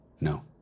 No